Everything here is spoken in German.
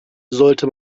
sollte